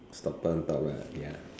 stopper on top lah ya